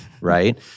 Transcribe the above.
Right